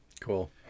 Cool